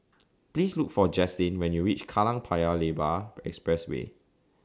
Please Look For Jaslene when YOU REACH Kallang Paya Lebar Expressway